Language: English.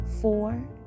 four